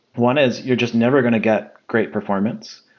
one is you're just never going to get great performance,